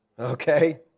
Okay